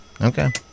Okay